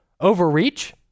overreach